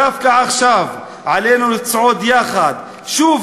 דווקא עכשיו עלינו לצעוד יחד שוב,